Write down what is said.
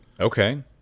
Okay